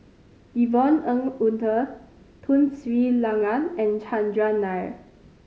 Yvonne Ng Uhde Tun Sri Lanang and Chandran Nair